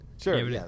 sure